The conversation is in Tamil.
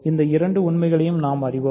இந்த இரண்டு உண்மைகளையும் நாம் அறிவோம்